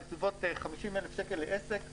היא בסביבות 50,000 שקל לעסק לשנה,